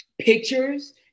pictures